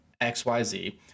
XYZ